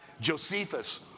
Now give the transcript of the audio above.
Josephus